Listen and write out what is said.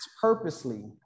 purposely